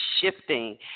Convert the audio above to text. shifting